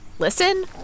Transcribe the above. Listen